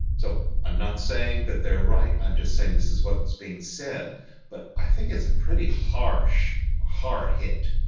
so i'm not saying that they're right i'm just saying this is what's being said but i think it's a pretty harsh-hard harsh-hard hit.